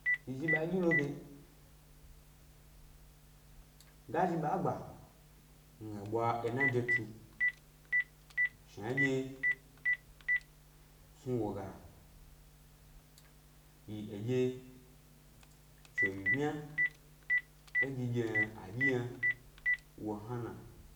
Yi zhi ɓa ɗyi lo ge, ga zhi ɓa gba, nga ɓwa ena de tu shnanɗye snu wo ga yi eɗye chewyi bmya é ɗyiɗyio a ɗyi yna wo hna na